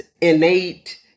innate